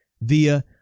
via